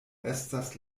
estas